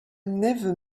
never